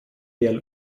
del